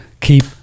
keep